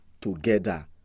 together